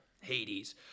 Hades